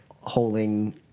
holding